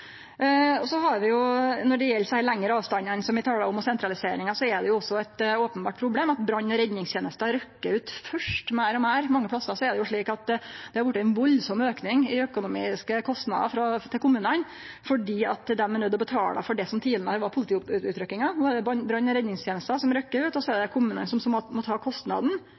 Når det gjeld lengre avstandar og sentralisering, som eg snakka om, er det eit openbert problem at brann- og redningstenesta rykkjer ut først meir og meir. Mange plassar er det slik at det har vorte ein veldig auke i dei økonomiske kostnadene til kommunane, fordi dei er nøydde til å betale for det som tidlegare var politiutrykkingar. No er det brann- og redningstenesta som rykkjer ut, og så er det kommunane som må ta kostnaden